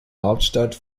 hauptstadt